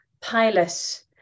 pilot